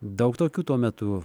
daug tokių tuo metu